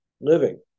living